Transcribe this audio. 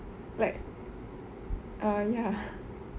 like err ya